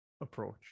approach